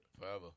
forever